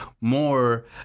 more